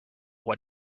what